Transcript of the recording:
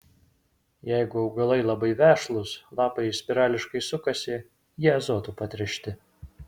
jeigu augalai labai vešlūs lapai spirališkai sukasi jie azotu patręšti